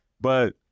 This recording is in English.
But-